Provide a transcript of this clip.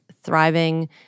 thriving